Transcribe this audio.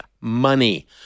money